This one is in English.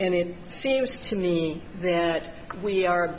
and it seems to me that we are